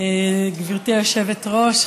גברתי היושבת-ראש,